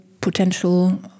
potential